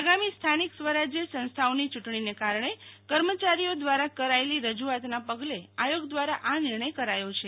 આગામી સથાનિક સ્વરાજય સંસ્થાઓની ચૂંટણીને કારણે કર્મચારીઓ દ્વારા કરાયેલી રજૂઆતના પગલે આયોગ દ્વારા આ નિર્ણય કરાયો છે